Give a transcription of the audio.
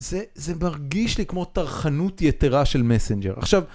זה מרגיש לי כמו טרחנות יתרה של מסנג'ר.